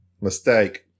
Mistake